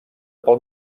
pel